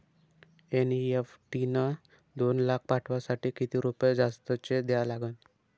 NEFT न दोन लाख पाठवासाठी किती रुपये जास्तचे द्या लागन?